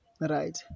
right